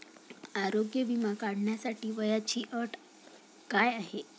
आरोग्य विमा काढण्यासाठी वयाची अट काय आहे?